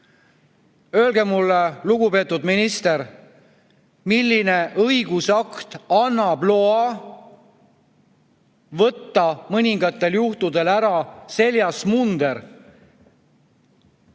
Öelge mulle, lugupeetud minister, milline õigusakt annab loa võtta mõningatel juhtudel munder